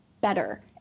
better